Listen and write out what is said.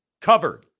covered